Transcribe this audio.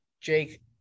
Jake